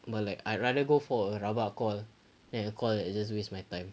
but like I'd rather go for rabak call then the call is just waste my time